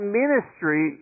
ministry